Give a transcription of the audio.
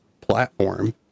platform